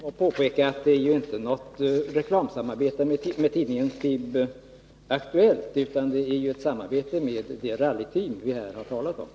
Herr talman! Jag vill påpeka att det ändå är fråga om ett reklamsamarbete med ett rallyteam som vi här har talat om och inte med tidningen FIB-Aktuellt.